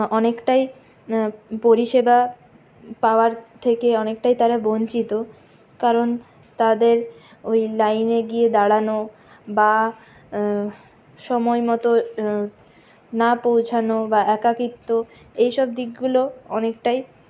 অনেকটাই পরিষেবা পাওয়ার থেকে অনেকটাই তারা বঞ্চিত কারণ তাদের ওই লাইনে গিয়ে দাঁড়ানো বা সময় মতো না পৌঁছানো বা একাকিত্ব এইসব দিকগুলো অনেকটাই